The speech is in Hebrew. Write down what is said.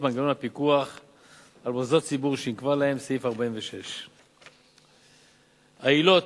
מנגנון הפיקוח על מוסדות הציבור שיקבע לעניין סעיף 46. העילות